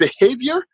behavior